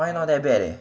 mine not that bad eh